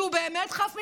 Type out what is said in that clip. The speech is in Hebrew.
שהוא באמת חף מפשע?